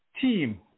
team